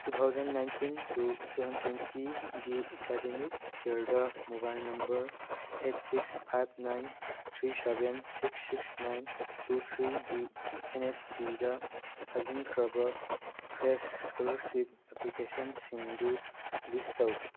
two thousand nineteen to two thousand ꯇ꯭ꯋꯦꯟꯇꯤꯒꯤ academic ꯏꯌꯔꯗ mobile number eight six five nine three seven six six nine two ꯊ꯭ꯔꯤꯒꯤ N S ꯄꯤꯗ ꯊꯥꯖꯤꯟꯈ꯭ꯔꯕ fresh scholarship ꯑꯦꯄ꯭ꯂꯤꯀꯦꯁꯟꯁꯤꯡꯗꯨ ꯂꯤꯁ ꯇꯧ